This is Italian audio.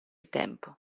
tempo